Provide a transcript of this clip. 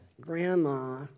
Grandma